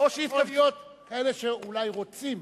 יכול להיות, כאלה שאולי רוצים.